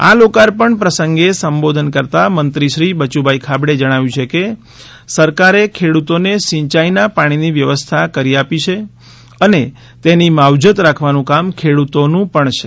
આ લોકાર્પણ પ્રસંગે સંબોધન કરતાં મંત્રી શ્રી બયુભાઇ ખાબડે જણાવ્યું છે કે સરકારે ખેડૂતોને સિંચાઇના પાણીની વ્યવસ્થા કરી આપી છે અને તેની માવજત રાખવાનું કામ ખેડૂતોનું પણ છે